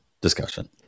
discussion